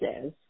says